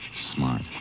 Smart